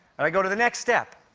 and i go to the next step,